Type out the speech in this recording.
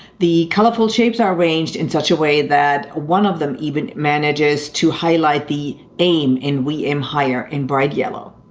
the colorful shapes are arranged in such a way that one of them even manages to highlight the aim in we aim higher in bright yellow.